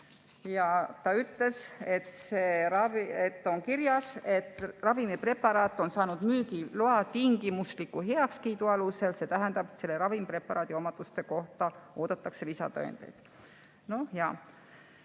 Ja ta ütles, et on kirjas, et ravimipreparaat on saanud müügiloa tingimusliku heakskiidu alusel, see tähendab, et selle ravimpreparaadi omaduste kohta oodatakse lisatõendeid. Noh,